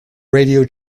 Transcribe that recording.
radio